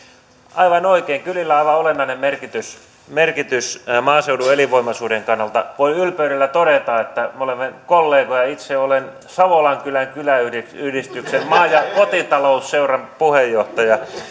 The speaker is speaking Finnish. aivan oikein kylillä on aivan olennainen merkitys merkitys maaseudun elinvoimaisuuden kannalta voin ylpeydellä todeta että me olemme kollegoja itse olen savolankylän kyläyhdistyksen maa ja kotitalousseuran puheenjohtaja